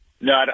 No